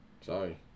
Sorry